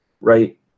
right